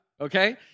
okay